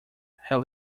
had